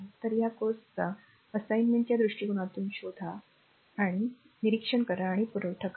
तर या कोर्सच्या r असाइनमेंटच्या दृष्टिकोनातून शोधा निरीक्षण करा किंवा पुरवठा करा